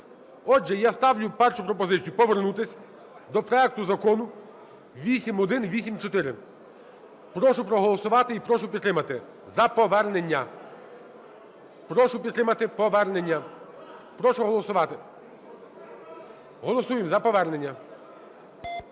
Отже, я ставлю першу пропозицію: повернутися до проекту Закону 8184. Прошу проголосувати і прошу підтримати за повернення, прошу підтримати повернення. Прошу голосувати, голосуємо за повернення.